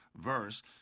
verse